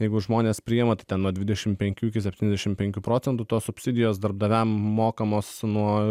jeigu žmones priima tai ten nuo dvidešim penkių iki septyniasdešim penkių procentų tos subsidijos darbdaviam mokamos nuo